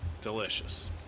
Delicious